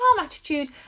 attitude